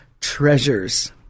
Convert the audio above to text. treasures